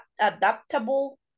adaptable